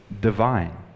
divine